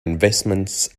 investments